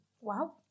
Wow